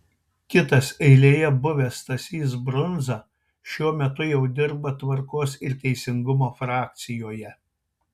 kitas eilėje buvęs stasys brundza šiuo metu jau dirba tvarkos ir teisingumo frakcijoje